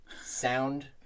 Sound